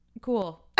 Cool